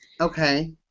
Okay